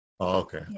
Okay